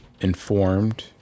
Informed